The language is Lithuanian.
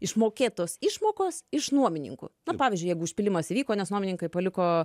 išmokėtos išmokos iš nuomininkų pavyzdžiui jeigu užpylimas įvyko nes nuomininkai paliko